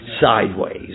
sideways